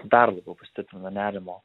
dar labiau pastiprina nerimo